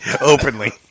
Openly